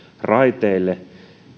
raiteille